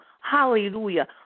Hallelujah